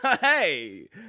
Hey